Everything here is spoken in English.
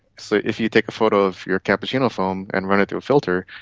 so if you take a photo of your cappuccino foam and run it through a filter,